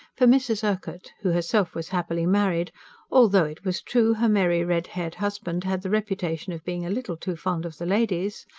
for mrs. urquhart, who herself was happily married although, it was true, her merry, red-haired husband had the reputation of being a little too fond of the ladies,